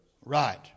Right